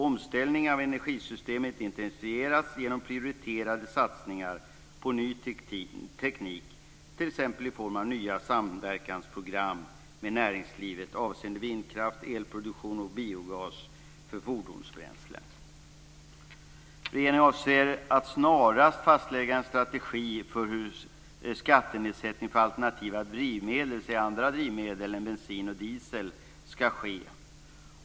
Omställningen av energisystemet intensifieras genom prioriterade satsningar på ny teknik, t.ex. i form av nya samverkansprogram med näringslivet avseende vindkraft, elproduktion och biogas för fordonsbränslen. Regeringen avser att snarast fastlägga en strategi för hur skattenedsättning för alternativa drivmedel, dvs. andra drivmedel än bensin och diesel, ska ske.